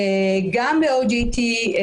גם בסטארטר,